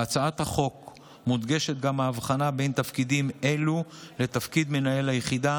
בהצעת החוק מודגשת גם ההבחנה בין תפקידים אלה לתפקיד מנהל היחידה,